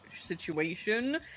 situation